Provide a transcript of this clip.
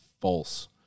false